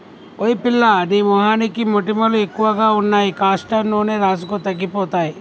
ఓయ్ పిల్లా నీ మొహానికి మొటిమలు ఎక్కువగా ఉన్నాయి కాస్టర్ నూనె రాసుకో తగ్గిపోతాయి